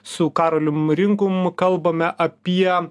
su karoliu rinkum kalbame apie